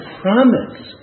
promise